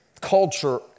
Culture